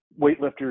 weightlifters